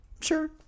Sure